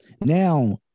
Now